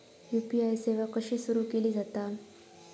UPI सेवा कशी सुरू केली जाता?